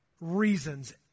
reasons